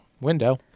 window